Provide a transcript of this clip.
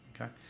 okay